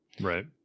Right